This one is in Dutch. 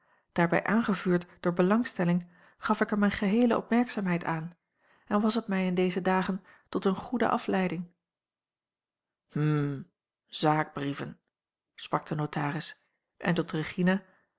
daarbij aangevuurd door belangstelling gaf ik er mijne geheele opmerkzaamheid aan en was het mij in deze dagen tot eene goede afleiding hm zaakbrieven sprak de notaris en tot regina